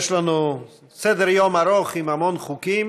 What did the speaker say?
יש לנו סדר-יום ארוך, עם המון חוקים